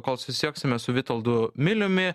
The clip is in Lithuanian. kol susisieksime su vitoldu miliumi